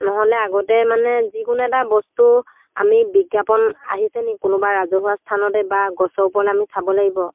নহ'লে আগতে মানে যিকোনো এটা বস্তু আমি বিজ্ঞাপন আহিছে নেকি কোনোবা ৰাজহুৱা স্থানতে বা গছৰ ওপৰলৈ আমি চাব লাগিব